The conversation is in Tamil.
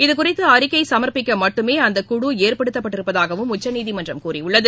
இதுகுறித்தஅறிக்கைசமர்ப்பிக்கமட்டுமேஅந்த குழு ஏற்படுத்தப்பட்டிருப்பதாகஉச்சநீதிமன்றம் கூறியுள்ளது